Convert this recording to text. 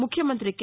ముఖ్యమంత్రి కె